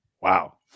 Wow